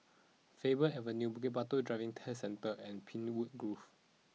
Faber Avenue Bukit Batok Driving Test Centre and Pinewood Grove